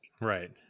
right